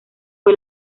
fue